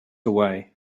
away